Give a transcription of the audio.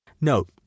Note